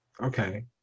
okay